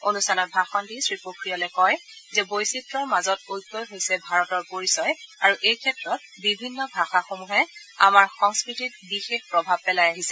অনুষ্ঠানত ভাষণ দি শ্ৰীপোখৰিয়ালে কয় যে বৈচিত্ৰৰ মাজত ঐক্যই হৈছে ভাৰতৰ পৰিচয় আৰু এই ক্ষেত্ৰত বিভিন্ন ভাষাসমূহৰ আমাৰ সংস্কৃতিত বিশেষ প্ৰভাৱ পেলাই আহিছে